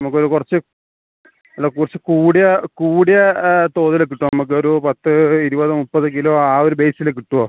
നമുക്കൊരു കുറച്ച് അല്ല കുറച്ച് കൂടിയ കൂടിയ തോതിൽ കിട്ടുവോ നമുക്ക് ഒരു പത്ത് ഇരുപത് മുപ്പത് കിലോ ആ ഒരു ബേസിൽ കിട്ടുവോ